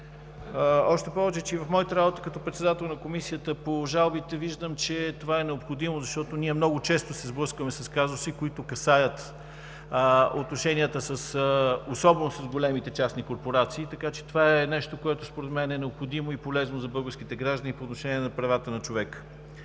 Още повече че и в моята работа като председател на Комисията по жалбите, виждам, че това е необходимо, защото ние много често се сблъскваме с казуси, които касаят отношенията особено в големите частни корпорации, така че това е нещо, което според мен е необходимо и полезно за българските граждани по отношение на правата на човека.